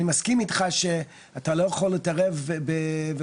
אני מסכים איתך שאתה לא יכול להתערב ולהגיד